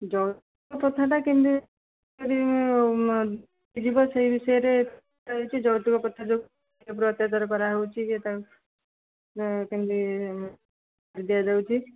ଯୌତୁକ ପ୍ରଥାଟା କେମିତି ଯିବ ସେଇ ବିଷୟରେ ଯୌତୁକ ପ୍ରଥା ଉପରେ ଅତ୍ୟାଚାର କରାହେଉଛି ଯେ ତା କେମିତି ଦିଆଯାଉଛି